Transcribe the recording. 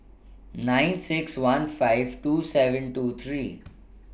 nine six one five two seven two three